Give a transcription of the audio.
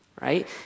right